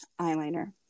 eyeliner